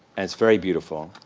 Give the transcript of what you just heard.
and it's very beautiful.